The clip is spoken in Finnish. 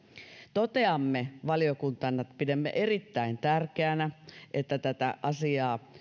toteamme valiokuntana että pidämme erittäin tärkeänä että tätä asiaa